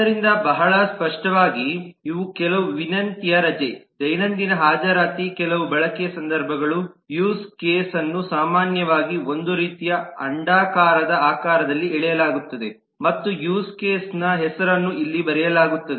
ಆದ್ದರಿಂದ ಬಹಳ ಸ್ಪಷ್ಟವಾಗಿ ಇವು ಕೆಲವು ವಿನಂತಿಯ ರಜೆ ದೈನಂದಿನ ಹಾಜರಾತಿ ಕೆಲವು ಬಳಕೆಯ ಸಂದರ್ಭಗಳು ಯೂಸ್ ಕೇಸ್ನ್ನುನ್ನು ಸಾಮಾನ್ಯವಾಗಿ ಒಂದು ರೀತಿಯ ಅಂಡಾಕಾರದ ಆಕಾರದಲ್ಲಿ ಎಳೆಯಲಾಗುತ್ತದೆ ಮತ್ತು ಯೂಸ್ ಕೇಸ್ನ್ನು ಹೆಸರನ್ನು ಇಲ್ಲಿ ಬರೆಯಲಾಗುತ್ತದೆ